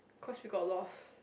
cause we got lost